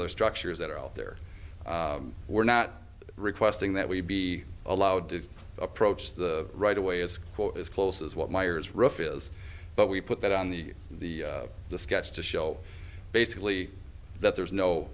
other structures that are out there we're not requesting that we be allowed to approach the right away as quote as close as what myers rough is but we put that on the the sketch to show basically that there is no